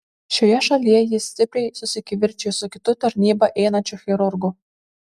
šioje šalyje jis stipriai susikivirčijo su kitu tarnybą einančiu chirurgu